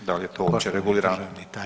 I da li je to uopće regulirano.